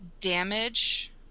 damage